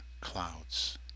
clouds